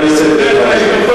חבר הכנסת בן-ארי.